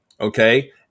okay